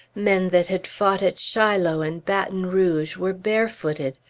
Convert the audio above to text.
men that had fought at shiloh and baton rouge were barefooted.